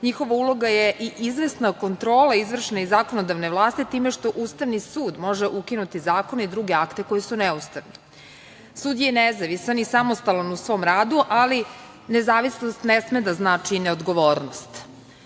njihova uloga je i izvesna kontrola izvršne i zakonodavne vlasti time što Ustavni sud može ukinuti zakone i druge akte koji su neustavni. Sud je nezavisan i samostalan u svom radu, ali nezavisnost ne sme da znači neodgovornost. Pravilo